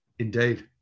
Indeed